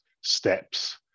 steps